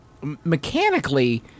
mechanically